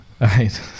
right